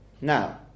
Now